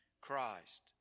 Christ